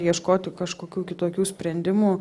ieškoti kažkokių kitokių sprendimų